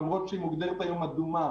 למרות שהיא מוגדרת היום אדומה,